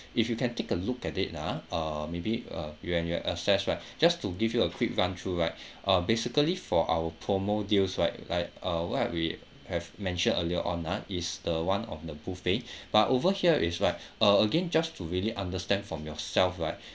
if you can take a look at it ah uh maybe uh when you have access right just to give you a quick run through right uh basically for our promo deals right like uh what we have mentioned earlier on ah is the one of the buffet but over here is what uh again just to really understand from yourself right